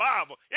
Bible